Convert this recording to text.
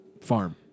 farm